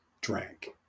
drank